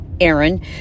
Aaron